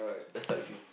let's start with you